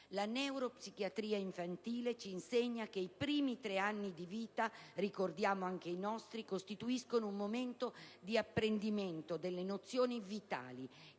La neuropsichiatria infantile ci insegna che i primi tre anni di vita - ricordiamo anche i nostri - costituiscono un momento di apprendimento delle nozioni vitali